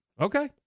Okay